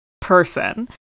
person